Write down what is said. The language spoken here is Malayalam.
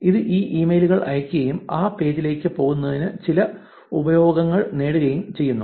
ഇത് ഈ ഇമെയിലുകൾ അയയ്ക്കുകയും ആ പേജിലേക്ക് പോകുന്നതിന് ചില ഉപയോഗങ്ങൾ നേടുകയും ചെയ്യുന്നു